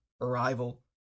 Arrival